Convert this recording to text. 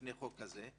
לפני החוק הזה,